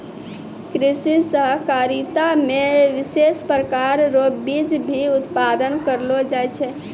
कृषि सहकारिता मे विशेष प्रकार रो बीज भी उत्पादन करलो जाय छै